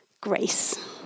grace